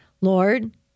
Lord